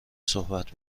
صحبت